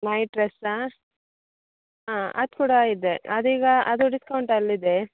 night ಡ್ರೆಸ್ಸಾ ಹಾಂ ಅದು ಕೂಡ ಇದೆ ಅದೀಗ ಅದು ಡಿಸ್ಕೌಂಟಲ್ಲಿದೆ